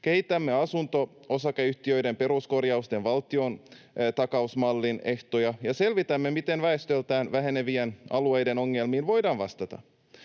kehitämme asunto-osakeyhtiöiden peruskorjausten valtiontakausmallin ehtoja ja selvitämme, miten väestöltään vähenevien alueiden ongelmiin voidaan vastata.